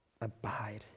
Abide